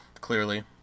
Clearly